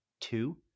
two